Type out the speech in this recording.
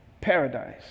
paradise